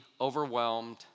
overwhelmed